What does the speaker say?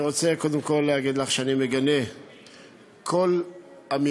אני רוצה קודם כול להגיד לך שאני מגנה כל אמירה